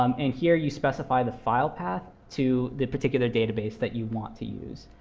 um and here you specify the file path to the particular database that you want to use.